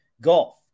golf